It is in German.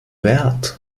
wert